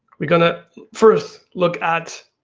we are gonna first look at